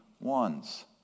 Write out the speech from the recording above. ones